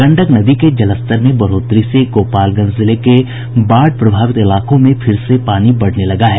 गंडक नदी के जलस्तर में बढ़ोतरी से गोपालगंज जिले के बाढ़ प्रभावित इलाकों में फिर से पानी बढ़ने लगा है